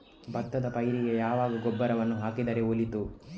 ಭತ್ತದ ಪೈರಿಗೆ ಯಾವಾಗ ಗೊಬ್ಬರವನ್ನು ಹಾಕಿದರೆ ಒಳಿತು?